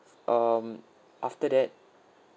um after that